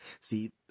See